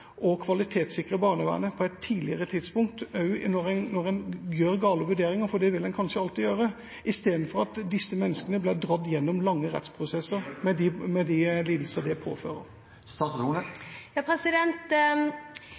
kvalitetssikre barnevernet på et tidligere tidspunkt også når en gjør gale vurderinger – for det vil en kanskje alltid komme til å gjøre – istedenfor at disse menneskene blir dratt gjennom mange rettsprosesser, med de lidelser det påfører.